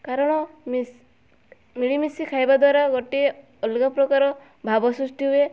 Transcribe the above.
କାରଣ ମିଳିମିଶି ଖାଇବା ଦ୍ଵାରା ଗୋଟିଏ ଅଲଗା ପ୍ରକାର ଭାବ ସୃଷ୍ଟି ହୁଏ